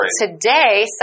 Today